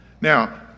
Now